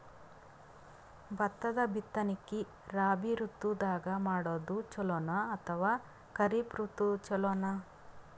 ಭತ್ತದ ಬಿತ್ತನಕಿ ರಾಬಿ ಋತು ದಾಗ ಮಾಡೋದು ಚಲೋನ ಅಥವಾ ಖರೀಫ್ ಋತು ಚಲೋನ?